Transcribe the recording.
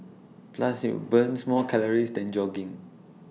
plus IT burns more calories than jogging